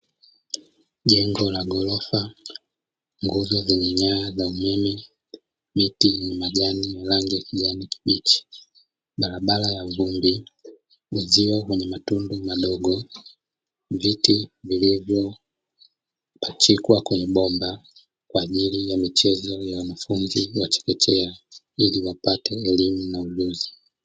Jengo la ghorofa, nguzo zenye nyaya za umeme, miti yenye majani ya rangi kijani kibichi, barabara ya vumbi, uzio wenye matundu madogo, viti vilivyopachikwa kwenye bomba kwa ajili ya michezo ya wanafunzi wa chekechea, ili wapate elimu na ujuzi.